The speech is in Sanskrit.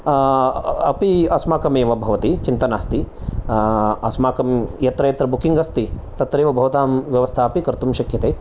अपि अस्माकमेव भवति चिन्ता नास्ति अस्माकं यत्र यत्र बुकिङ्ग् अस्ति तत्रेव भवतां व्यवस्था अपि कर्तुं शक्यते